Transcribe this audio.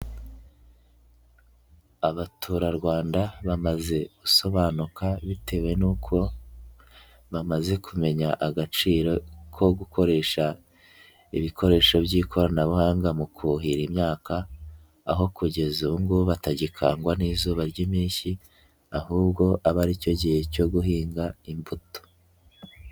Abaturarwanda bamaze gusobanuka bitewe n'uko bamaze kumenya agaciro ko gukoresha ibikoresho by'ikoranabuhanga mu kuhira imyaka, aho kugeza ubu ngubu batagikangwa n'izuba r'impeshyi ahubwo aba ari cyo gihe cyo guhinga imbuto.